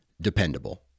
dependable